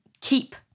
keep